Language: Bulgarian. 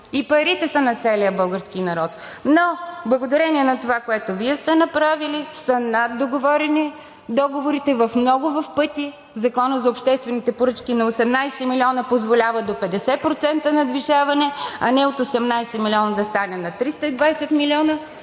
и парите са на целия български народ, но благодарение на това, което Вие сте направили, са наддоговорени договорите в много, в пъти. Законът за обществените поръчки на 18 милиона позволява до 50% повишаване, а не от 18 милиона да стане на 320 милиона